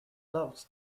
loves